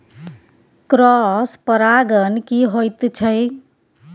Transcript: Cross परागण की होयत छै?